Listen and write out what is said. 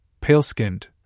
pale-skinned